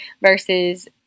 versus